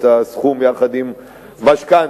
את הסכום יחד עם משכנתה.